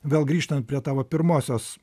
vėl grįžtant prie tavo pirmosios